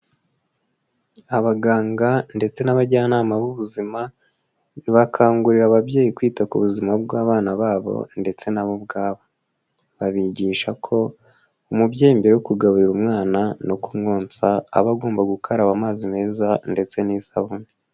Abaganga ndetse n'abajyanama b'ubuzima bakangurira ababyeyi kwita ku buzima bw'abana babo ndetse na bo ubwabo, babigisha ko umubyeyi mbere yo kugaburira umwana no kumwonsa aba agomba gukaraba amazi meza ndetse n'isabune.